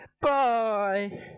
bye